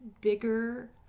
bigger